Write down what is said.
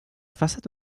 façade